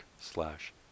slash